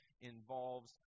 involves